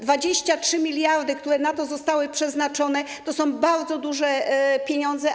23 mld zł, które zostały przeznaczone, to są bardzo duże pieniądze.